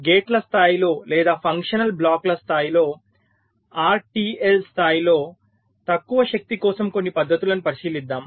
గేట్ల స్థాయిలో లేదా ఫంక్షనల్ బ్లాకుల స్థాయిలో ఆర్టీఎల్ స్థాయిలో తక్కువ శక్తి కోసం కొన్ని పద్ధతులను పరిశీలిద్దాం